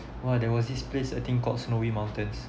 !wah! there was this place I think called snowy mountains